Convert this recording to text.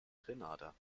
grenada